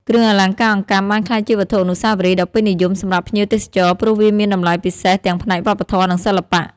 គ្រឿងអលង្ការអង្កាំបានក្លាយជាវត្ថុអនុស្សាវរីយ៍ដ៏ពេញនិយមសម្រាប់ភ្ញៀវទេសចរ ព្រោះវាមានតម្លៃពិសេសទាំងផ្នែកវប្បធម៌ និងសិល្បៈ។